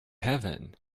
heaven